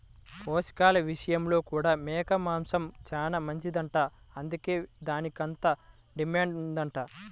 పోషకాల విషయంలో కూడా మేక మాంసం చానా మంచిదంట, అందుకే దానికంత డిమాండ్ ఉందంట